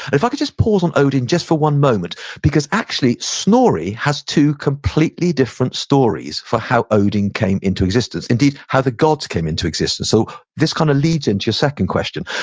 if i could just pull from odin just for one moment because actually, snorri has two completely different stories for how odin came into existence, indeed, how the gods came into existence. so this kind of leads into your second question.